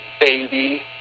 baby